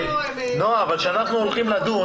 נעה, אבל כשאנחנו הולכים לדון